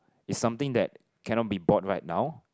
is something that cannot be bought right now